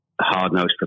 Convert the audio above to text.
hard-nosed